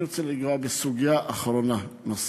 אני רוצה לנגוע בסוגיה אחרונה, נוספת.